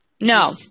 No